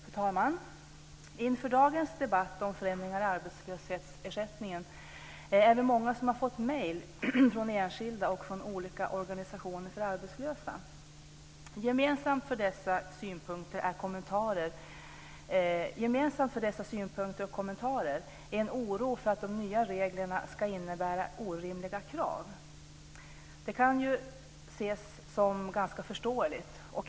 Fru talman! Inför dagens debatt om förändringar i arbetslöshetsersättningen är vi många som har fått mejl från enskilda och från olika organisationer för arbetslösa. Gemensamt för dessa synpunkter och kommentarer är en oro för att de nya reglerna ska innebära orimliga krav. Det kan ju ses som ganska förståeligt.